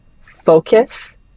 focus